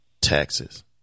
taxes